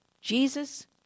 Jesus